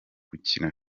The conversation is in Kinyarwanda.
gukina